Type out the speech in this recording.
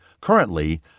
currently